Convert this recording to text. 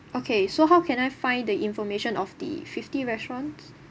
okay so how can I find the information of the fifty restaurants